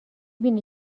بینی